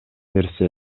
нерсе